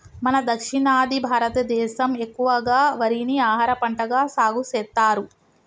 మన దక్షిణాది భారతదేసం ఎక్కువగా వరిని ఆహారపంటగా సాగుసెత్తారు